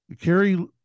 carrie